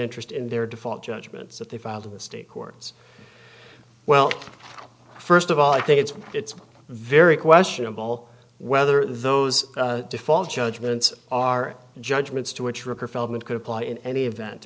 interest in their default judgments that they filed in the state courts well st of all i think it's it's very questionable whether those default judgments are judgments to which recur feldmann could apply in any event